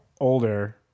older